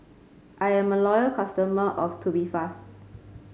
I'm a loyal customer of Tubifast